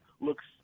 looks